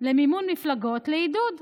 למימון מפלגות לעידוד.